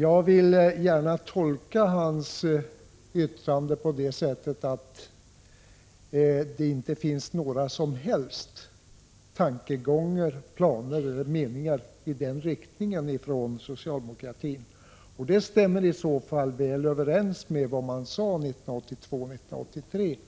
Jag vill gärna tolka hans yttrande på det sättet att det inom socialdemokratin inte finns några som helst tankegångar i den riktningen. Det stämmer i så fall väl överens med vad man 1982 och 1983 sade